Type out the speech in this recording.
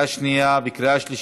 נתקבל.